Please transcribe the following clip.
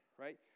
right